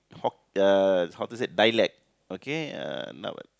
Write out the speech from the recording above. Hok~ uh how to say dialect okay uh now